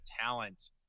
talent